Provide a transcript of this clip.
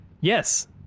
Yes